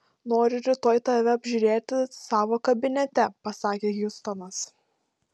noriu rytoj tave apžiūrėti savo kabinete pasakė hjustonas